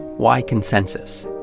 why consensus?